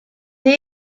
des